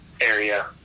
area